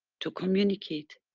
to communicate.